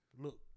look